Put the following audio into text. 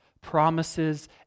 promises